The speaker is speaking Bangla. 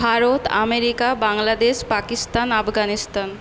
ভারত আমেরিকা বাংলাদেশ পাকিস্তান আফগানিস্তান